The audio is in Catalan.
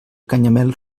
canyamel